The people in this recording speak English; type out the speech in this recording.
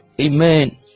Amen